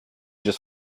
just